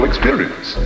experience